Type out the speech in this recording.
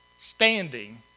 standing